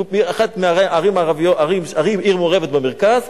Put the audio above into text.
עיר מעורבת במרכז.